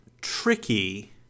tricky